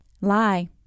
Lie